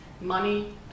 Money